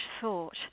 thought